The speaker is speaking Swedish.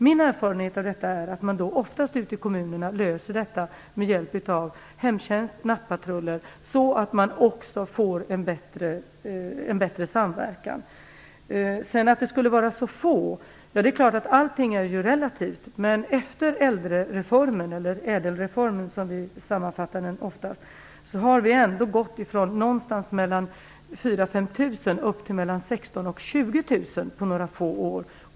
Men min erfarenhet av detta är att man oftast i kommunerna löser detta med hjälp av hemtjänst och nattpatruller för att få en bättre samverkan. När det gäller att det skulle vara så få, så är det klart att allting är relativt. Men efter äldrereformen - ÄDEL-reformen som vi oftast sammanfattar den - har vi ändå gått från någonstans mellan 4 000 och 5 000 upp till mellan 16 000 och 20 000 på några få år.